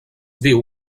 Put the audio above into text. diu